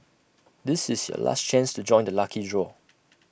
this is your last chance to join the lucky draw